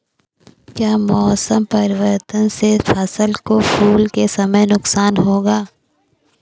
क्या मौसम परिवर्तन से फसल को फूल के समय नुकसान होगा?